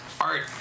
art